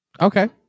Okay